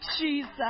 Jesus